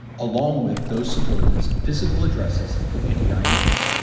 along with those subordinates physical addresses and eins.